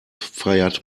feiert